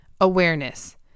Awareness